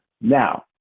Now